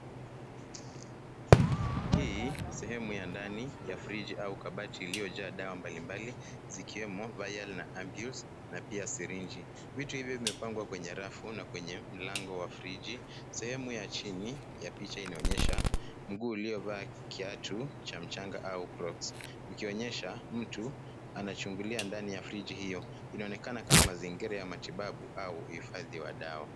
Hii ni sehemu ya ndani ya friji au kabati iliyojaa dawa mbalimbali zikiwemo viral na abuse na pia sirinji. Vitu hivyo vimepangwa kwenye rafu na kwenye mlango wa friji. Sehemu ya chini ya mlango inaonyesha mguu uliovaa kiatu cha mchanga au crocs ikionyesha mtu anachungulia ndani ya friji hio. Inaonekana kama mazingira ya matibabu au uhifadhi wa dawa.